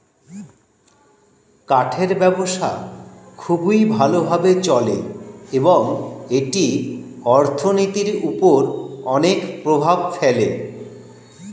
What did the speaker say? কাঠের ব্যবসা খুবই ভালো ভাবে চলে এবং এটি অর্থনীতির উপর অনেক প্রভাব ফেলে